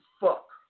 fuck